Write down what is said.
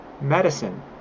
medicine